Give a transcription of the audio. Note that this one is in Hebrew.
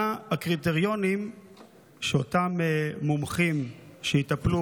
מה הקריטריונים שאותם מומחים שיטפלו